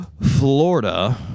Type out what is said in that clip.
Florida